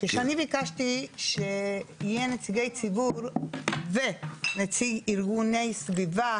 כשאני ביקשתי שיהיו נציגי ציבור ונציג ארגוני סביבה